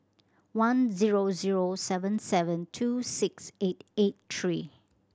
one zero zero seven seven two six eight eight three